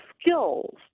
skills